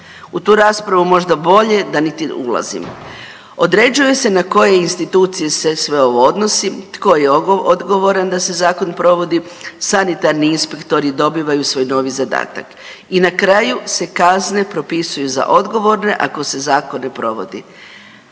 U tu raspravu možda bolje da niti ne ulazimo. Određuje se na koje institucije se sve ovo odnosi, tko je odgovoran da se zakon provodi, sanitarni inspektori dobivaju svoj novi zadatak i na kraju se kazne propisuju za odgovorne ako se zakon ne provodi.